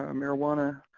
ah marijuana,